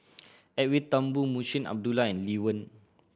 Edwin Thumboo Munshi Abdullah and Lee Wen